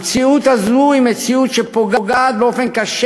המציאות הזאת היא מציאות שפוגעת באופן קשה